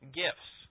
gifts